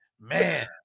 man